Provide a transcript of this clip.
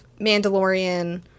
Mandalorian